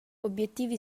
obiettivi